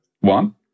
one